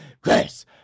Chris